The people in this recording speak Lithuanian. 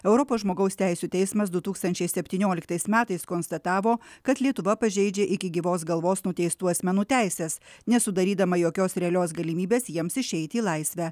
europos žmogaus teisių teismas du tūkstančiai septynioliktais metais konstatavo kad lietuva pažeidžia iki gyvos galvos nuteistų asmenų teises nesudarydama jokios realios galimybės jiems išeiti į laisvę